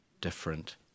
different